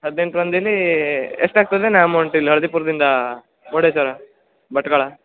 ಹದ್ನೆಂಟು ಮಂದಿಲೀ ಎಷ್ಟು ಆಗ್ತದೇನೊ ಅಮೌಂಟ್ ಇಲ್ಲಿ ಹಳ್ದಿಪುರದಿಂದಾ ಮುರುಡೇಶ್ವರ ಭಟ್ಕಳ